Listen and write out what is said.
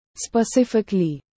specifically